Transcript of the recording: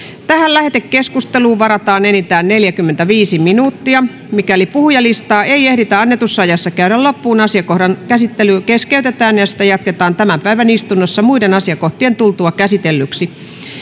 tähän lähetekeskusteluun varataan enintään neljäkymmentäviisi minuuttia mikäli puhujalistaa ei ehditä annetussa ajassa käydä loppuun asiakohdan käsittely keskeytetään ja sitä jatketaan tämän päivän istunnossa muiden asiakohtien tultua käsitellyksi